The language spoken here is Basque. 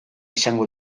izango